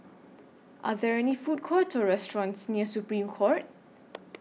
Are There Food Courts Or restaurants near Supreme Court